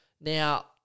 Now